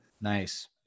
nice